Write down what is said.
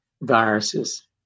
viruses